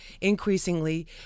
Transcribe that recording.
increasingly